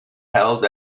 held